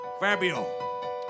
Fabio